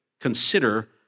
consider